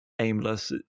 aimless